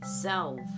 self